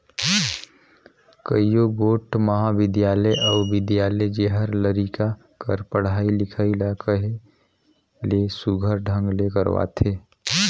कइयो गोट महाबिद्यालय अउ बिद्यालय जेहर लरिका कर पढ़ई लिखई ल कहे ले सुग्घर ढंग ले करवाथे